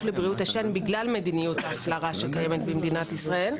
לבריאות השן בגלל מדיניות ההפלרה שבמדינת ישראל.